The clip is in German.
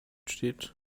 steht